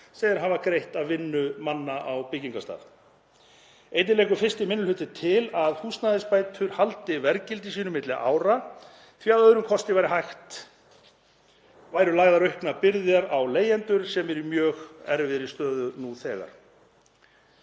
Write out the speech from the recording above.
þeir hafa greitt af vinnu manna á byggingarstað. Einnig leggur 1. minni hluti til að húsnæðisbætur haldi verðgildi sínu milli ára því að öðrum kosti væru lagðar auknar byrðar á leigjendur sem eru í mjög erfiðri stöðu nú þegar.